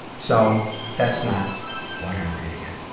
so that's not why i'm reading it.